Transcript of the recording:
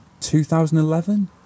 2011